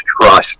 trust